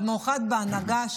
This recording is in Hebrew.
במיוחד בהנהגה,